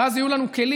ואז יהיו לנו כלים,